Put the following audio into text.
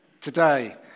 today